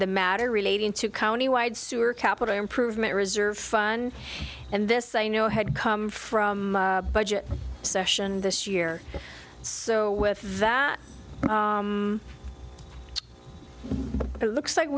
the matter relating to county wide sewer capital improvement reserve fund and this i know had come from budget session this year so with that it looks like